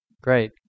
great